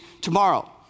tomorrow